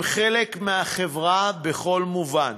הם חלק מהחברה בכל מובן,